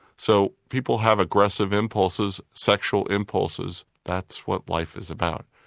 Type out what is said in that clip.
so people have aggressive impulses, sexual impulses, that's what life is about,